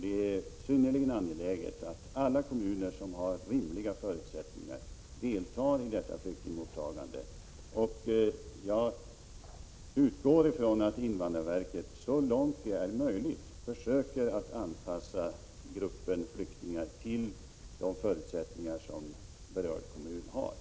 Det är synnerligen angeläget att alla kommuner som har rimliga förutsättningar deltar i detta flyktingmottagande. Jag utgår ifrån att invandrarverket så långt som möjligt försöker anpassa gruppen flyktingar till den berörda kommunens förutsätt